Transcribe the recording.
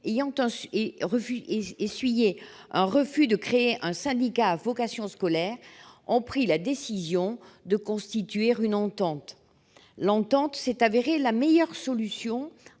ayant essuyé un refus de créer un syndicat à vocation scolaire, ont pris la décision de constituer une entente, qui s'est révélée la meilleure solution